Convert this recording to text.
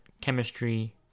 chemistry